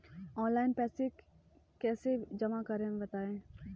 Online पैसा कैसे जमा करें बताएँ?